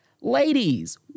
Ladies